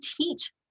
teach